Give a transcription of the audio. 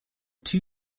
two